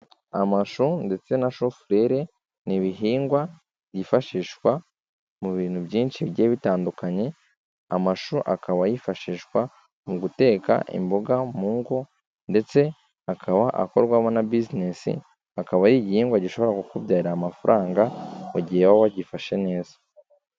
Amashu ndetse na shufurere n'ibihingwa byifashishwa mu bintu byinshi bigiye bitandukanye, amashu akaba yifashishwa mu guteka imboga mu ngo ndetse akaba akorwamo na businesi. Akaba ari igihingwa gishobora kukubyarira amafaranga mu gihe waba wagifashe neza.